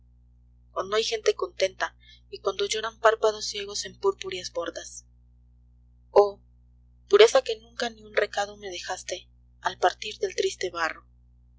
hay gente contenta y cuando lloran párpados ciegos en purpúreas bordas oh pureza que nunca ni un recado me dejaste al partir del triste barro